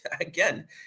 again